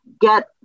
get